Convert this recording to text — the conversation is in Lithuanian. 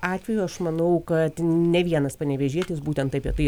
atveju aš manau kad ne vienas panevėžietis būtent apie tai